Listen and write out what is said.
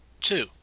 two